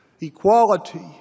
equality